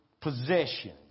possession